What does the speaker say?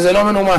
וזה לא מנומס.